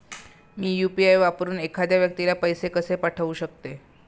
मी UPI वापरून एखाद्या व्यक्तीला पैसे कसे पाठवू शकते?